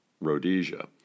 Rhodesia